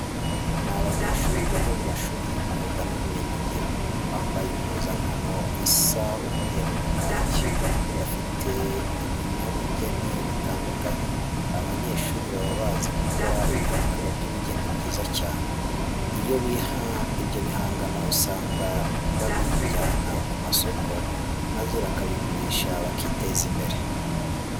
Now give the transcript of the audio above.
Ni abanyehuri biga mu mashuri y'imyuga n'ubumenyingiro, bambaye impuzankano isa umweru na kake, bafite ibinyabugeni bitandukanye. Aba banyeshuri baba bazi gukora ibihangano by'ubugeni byiza cyane. Ibyo bihangano usanga babijyana ku masoko maze bakabigurisha bakiteza imbrere.